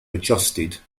adjusted